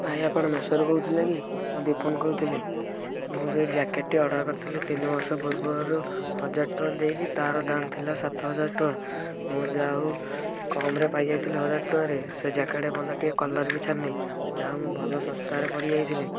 ଭାଇ ଆପଣ ମେସୋରୁ କହୁଥିଲେ କି ମୁଁ ଦୀପୁନ କହୁଥିଲି ମୁଁ ଯେଉଁ ଜ୍ୟାକେଟ୍ଟି ଅର୍ଡ଼ର କରିଥିଲି ତିନି ବର୍ଷ ପୂର୍ବରୁ ହଜାର ଟଙ୍କା ଦେଇକି ତା'ର ଦାମ୍ ଥିଲା ସାତ ହଜାର ଟଙ୍କା ମୁଁ ଯାହା ହଉ କମ୍ରେ ପାଇ ଯାଇଥିଲି ହଜାର ଟଙ୍କାରେ ସେ ଜ୍ୟାକେଟ୍ ଏ ପର୍ଯ୍ୟନ୍ତ ଟିକେ କଲର୍ ବି ଛାଡ଼ିନି ଯାହା ହଉ ମୁଁ ଭଲ ଶସ୍ତାରେ ପଡ଼ି ଯାଇଥିଲି